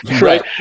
right